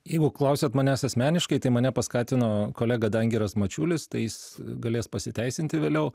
jeigu klausiat manęs asmeniškai tai mane paskatino kolega dangiras mačiulis tai jis galės pasiteisinti vėliau